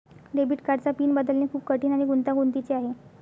debit कार्डचा PIN बदलणे खूप कठीण आणि गुंतागुंतीचे आहे